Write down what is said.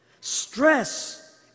Stress